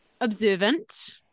observant